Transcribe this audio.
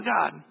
God